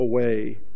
away